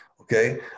Okay